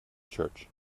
church